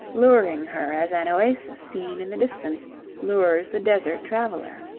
luring her as an oasis seen in the distance lures the desert traveller.